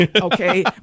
okay